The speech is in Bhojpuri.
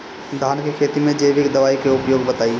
धान के खेती में जैविक दवाई के उपयोग बताइए?